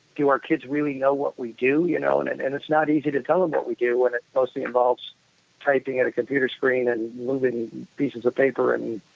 do our kids really know what we do? you know and and and it's not easy to tell them what we do when it mostly involves typing at a computer screen and moving pieces of paper and